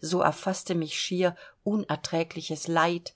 so erfaßte mich schier unerträgliches leid